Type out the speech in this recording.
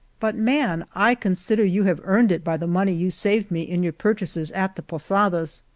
but, man, i consider you have earned it by the money you saved me in your pur chases at the posadas.